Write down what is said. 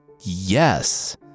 yes